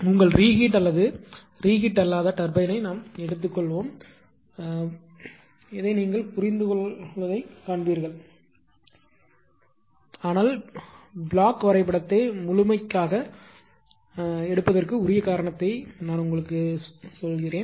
உங்கள் ரீஹீட் அல்லது ரீஹீட் அல்லாத டர்பைனை நாம் எடுத்துக்கொள்வோம் புரிந்துகொள்ளப்படுவதை நீங்கள் காண்பீர்கள் ஆனால் பிளாக் வரைபடத்தை முழுமைக்காக எடுப்பதற்கு உரிய காரணத்தை உங்களுக்கு சொல்கிறேன்